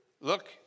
Look